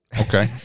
okay